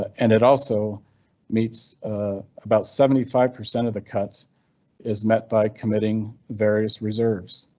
and it also meets about seventy five percent of the cuts is met by committing various reserves.